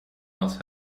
else